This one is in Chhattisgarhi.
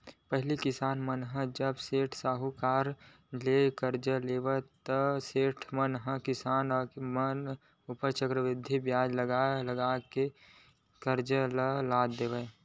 पहिली किसान मन ह जब सेठ, साहूकार करा ले करजा लेवय ता सेठ मन ह किसान मन ऊपर चक्रबृद्धि बियाज लगा लगा के करजा म लाद देय